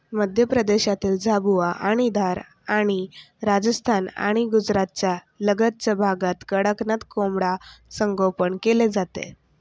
मध्य प्रदेशातील झाबुआ आणि धार आणि राजस्थान आणि गुजरातच्या लगतच्या भागात कडकनाथ कोंबडा संगोपन केले जाते